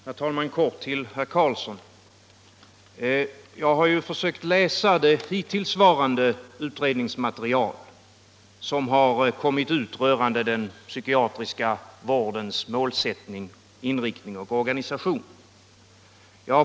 Herr talman! Kort till herr Karlsson i Huskvarna. Jag har ju försökt läsa det utredningsmaterial som hittills kommit ut rörande den psykiatriska vårdens målsättning, inriktning och organisa tion.